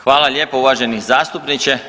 Hvala lijepo uvaženi zastupniče.